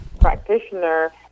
practitioner